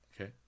Okay